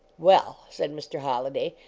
well, said mr. holliday,